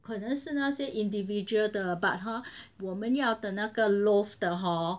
可能是那些 individual 的 but hor 我们要等那个 loaf 的 hor